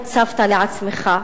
הצבת לעצמך.